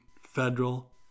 federal